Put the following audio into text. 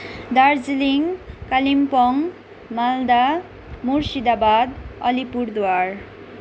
Darjeeling Kalimpong Malda Murshidabad Alipurduar